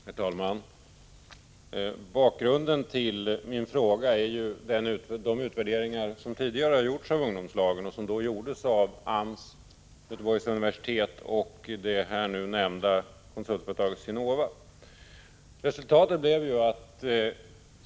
Herr talman! Bakgrunden till min fråga är ju de utvärderingar av ungdomslagen som tidigare gjorts av AMS, Göteborgs universitet och det nu nämnda konsultföretaget SINOVA.